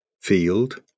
field